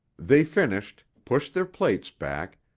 they finished, pushed their plates back,